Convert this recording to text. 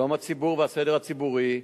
שלום הציבור והסדר הציבורי,